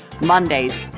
Mondays